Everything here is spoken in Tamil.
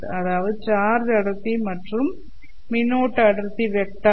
அதாவது சார்ஜ் அடர்த்தி மற்றும் மின்னோட்ட அடர்த்தி வெக்டர் j 0